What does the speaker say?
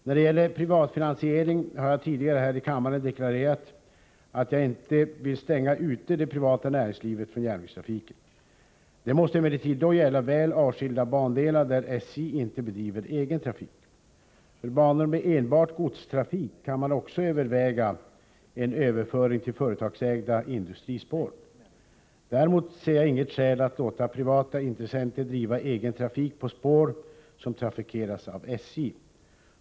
När det gäller privatfinansiering har jag tidigare här i kammaren deklarerat att jag inte vill stänga ute det privata näringslivet från järnvägstrafiken. Det måste emellertid då gälla väl avskilda bandelar där SJ inte bedriver egen trafik. För banor med enbart godstrafik kan man också överväga en överföring till företagsägda industrispår. Däremot ser jag inget skäl att låta privata intressenter driva egen trafik på spår som trafikeras av SJ.